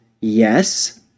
Yes